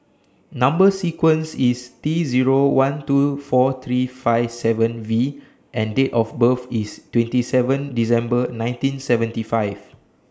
Number sequence IS T Zero one two four three five seven V and Date of birth IS twenty seven December nineteen seventy five